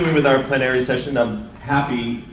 with our plenary session, i'm happy